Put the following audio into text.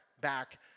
back